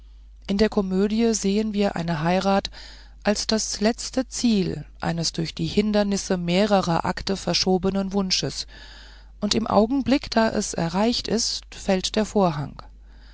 in der komödie sehen wir eine heirat als das letzte ziel eines durch die hindernisse mehrerer akte verschobenen wunsches und im augenblick da es erreicht ist fällt der vorhang